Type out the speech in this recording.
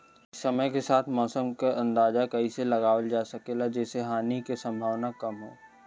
समय के साथ मौसम क अंदाजा कइसे लगावल जा सकेला जेसे हानि के सम्भावना कम हो?